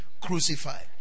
crucified